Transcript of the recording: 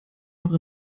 noch